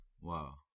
wow